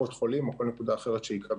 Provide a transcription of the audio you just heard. קופות החולים, או כל נקודה אחרת שתיקבע